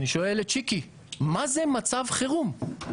ואני שואל את שיקי מה זה מצב חירום?